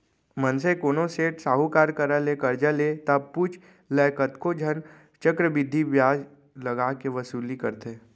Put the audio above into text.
मनसे कोनो सेठ साहूकार करा ले करजा ले ता पुछ लय कतको झन चक्रबृद्धि बियाज लगा के वसूली करथे